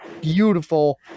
beautiful